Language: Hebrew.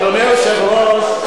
אדוני היושב-ראש,